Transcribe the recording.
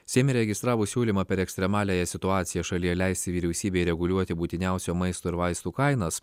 seime registravo siūlymą per ekstremaliąją situaciją šalyje leisti vyriausybei reguliuoti būtiniausių maisto ir vaistų kainas